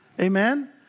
Amen